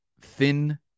thin